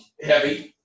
heavy